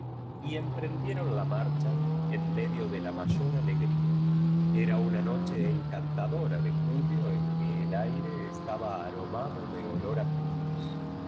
y emprendieron ja marcha en medio de la jnayor alegría era unii noel io encantadora de julio en que el aire estaba aromado de olor a pi nos